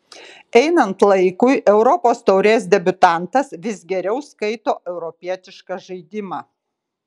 einant laikui europos taurės debiutantas vis geriau skaito europietišką žaidimą